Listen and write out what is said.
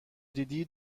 دیدی